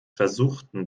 versuchten